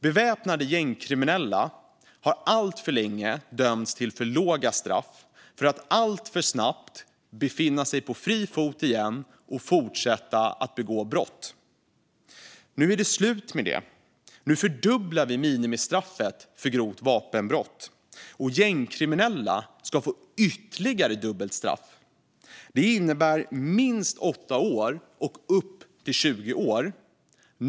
Beväpnade gängkriminella har alltför länge dömts till för låga straff och har alltför snabbt befunnit sig på fri fot igen och fortsatt att begå brott. Nu är det slut med det. Nu fördubblar vi minimistraffet för grovt vapenbrott. Gängkriminella ska få ytterligare dubbelt straff. Det innebär minst 8 år och upp till 20 år.